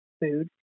food